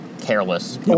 careless